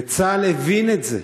וצה"ל הבין את זה,